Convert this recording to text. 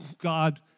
God